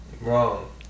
Wrong